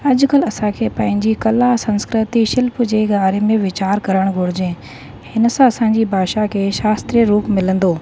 अॼुकल्ह असांखे पंहिंजी कला संस्कृति शिल्प जे बारे में वीचार करण घुरिजे हिन सां असांजी भाषा खे शास्त्रीय रूप मिलंदो